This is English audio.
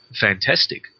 fantastic